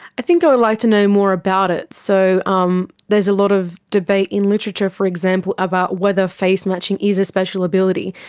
i think i would like to know more about it. so um there's a lot of debate in literature, for example, about whether face matching is a special ability.